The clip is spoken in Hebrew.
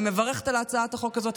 אני מברכת על הצעת החוק הזאת.